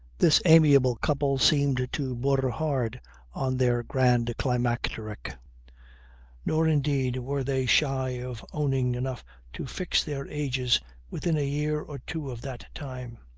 this amiable couple seemed to border hard on their grand climacteric nor indeed were they shy of owning enough to fix their ages within a year or two of that time.